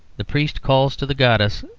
the priest calls to the goddess,